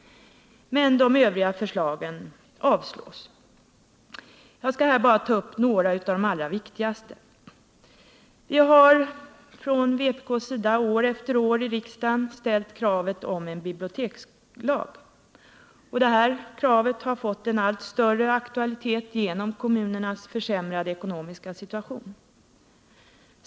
Men de övriga förslagen avstyrks. Jag skall här bara ta upp några av de allra viktigaste förslagen. Vi har från vpk:s sida år efter år i riksdagen ställt kravet om en bibliotekslag. Detta krav har fått en allt större aktualitet genom kommunernas försämrade ekonomiska situation.